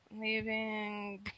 leaving